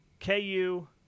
KU